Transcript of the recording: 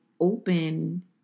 open